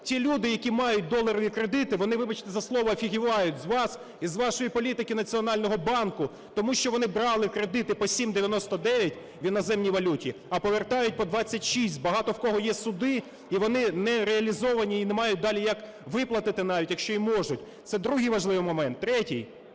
Ті люди, які мають доларові кредити, вони, вибачте за слово, офігівають з вас і з вашої політики Національного банку. Тому що вони брали кредити по 7,99 в іноземній валюті, а повертають по 26. Багато в кого є суди, і вони не реалізовані і не мають далі, як виплатити навіть, якщо і можуть. Це другий важливий момент. Третій.